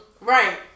Right